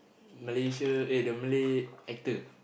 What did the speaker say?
Malaysia eh the Malay actor